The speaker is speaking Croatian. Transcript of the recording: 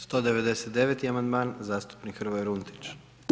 199. amandman zastupnik Hrvoje Runtić.